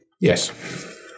Yes